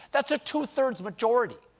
that's a two-thirds majority.